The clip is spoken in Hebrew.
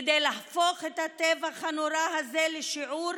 כדי להפוך את הטבח הנורא הזה לשיעור